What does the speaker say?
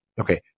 okay